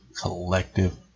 collective